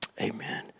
amen